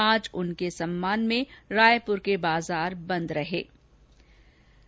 आज उनके सम्मान में रायपुर के बाजार बंद रखे गये